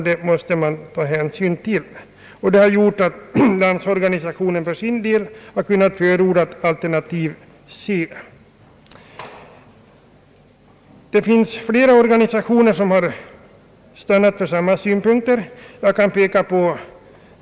Detta har gjort att Landsorganisationen kunnat förorda alternativ C. Det finns, förutom LO, flera organisationer som har stannat för samma synpunkter.